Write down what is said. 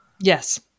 yes